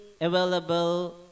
available